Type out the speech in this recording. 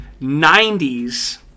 90s